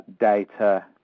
data